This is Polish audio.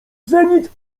zenit